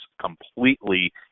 completely